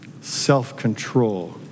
self-control